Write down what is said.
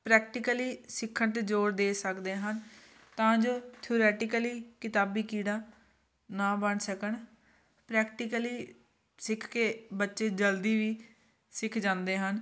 practically ਸਿੱਖਣ 'ਤੇ ਜ਼ੋਰ ਦੇ ਸਕਦੇ ਹਨ ਤਾਂ ਜੋ ਥਿਊਰੈਟੀਕਲੀ ਕਿਤਾਬੀ ਕੀੜਾ ਨਾ ਬਣ ਸਕਣ ਪ੍ਰੈਕਟੀਕਲੀ ਸਿੱਖ ਕੇ ਬੱਚੇ ਜਲਦੀ ਵੀ ਸਿੱਖ ਜਾਂਦੇ ਹਨ